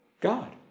God